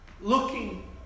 Looking